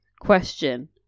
question